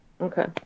Okay